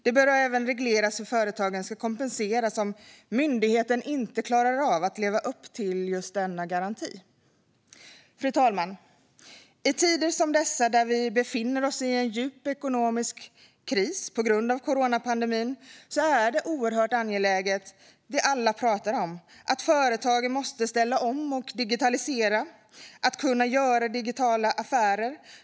Det bör även regleras hur företagen ska kompenseras om myndigheten inte klarar av att leva upp till just denna garanti. Fru talman! I tider som dessa, där vi befinner oss i en djup ekonomisk kris på grund av coronapandemin, är det alla pratar om oerhört angeläget. Det handlar om att företagen måste ställa om och digitalisera för att kunna göra digitala affärer.